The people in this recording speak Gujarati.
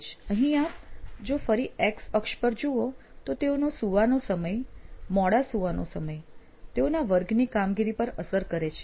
અહીં જો આપ ફરી X અક્ષ જુઓ તો તેઓનો સૂવાનો સમય મોડા સૂવાનો સમય તેઓના વર્ગની કામગીરી પર અસર કરે છે